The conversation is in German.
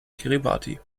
kiribati